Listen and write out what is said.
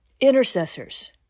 Intercessors